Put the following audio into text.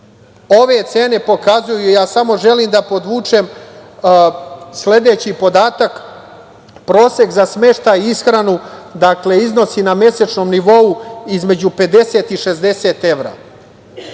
cene pokazuju, ja samo želim da podvučem, sledeći podatak: prosek za smeštaj i ishranu iznosi na mesečnom nivou između 50 i 60 evra,